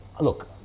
Look